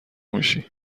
میشی